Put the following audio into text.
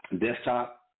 desktop